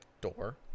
door